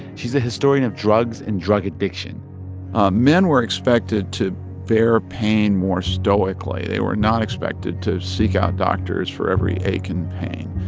she's a historian of drugs and drug addiction men were expected to bear pain more stoically. they were not expected to seek out doctors for every ache and pain.